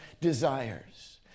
desires